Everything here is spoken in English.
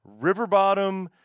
Riverbottom